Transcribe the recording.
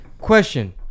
question